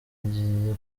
agiye